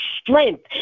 strength